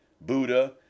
Buddha